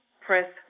press